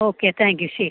okay thank you ശരി